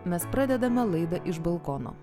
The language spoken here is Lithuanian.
mes pradedame laidą iš balkono